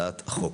הצעת החוק.